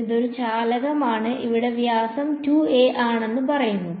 ഇതൊരു ചാലകമാണ് ഇവിടെ വ്യാസം 2a ആണെന്ന് പറയുന്നു